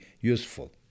useful